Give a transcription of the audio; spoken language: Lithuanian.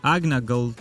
agne gal